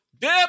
dip